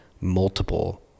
multiple